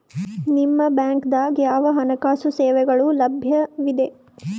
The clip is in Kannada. ನಿಮ ಬ್ಯಾಂಕ ದಾಗ ಯಾವ ಹಣಕಾಸು ಸೇವೆಗಳು ಲಭ್ಯವಿದೆ?